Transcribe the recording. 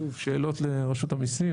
שוב, שאלות לרשות המיסים.